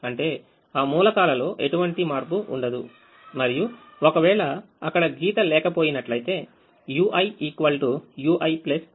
అంటే ఆ మూలకాలలో ఎటువంటి మార్పు ఉండదు మరియు ఒకవేళ అక్కడ గీత లేకపోయినట్లయితే uiuiθ